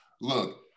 look